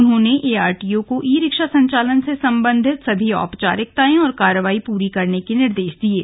उन्होंने एआरटीओ को e rickshaw संचालन से सम्बन्धित सभी औपचारिकतायें और कार्रवाई प्री करने के निर्देश दिये हैं